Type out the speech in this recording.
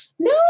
No